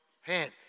hand